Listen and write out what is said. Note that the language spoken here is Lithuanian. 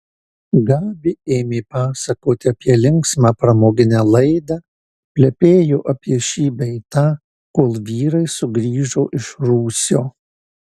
gabi ėmė pasakoti apie linksmą pramoginę laidą plepėjo apie šį bei tą kol vyrai sugrįžo iš rūsio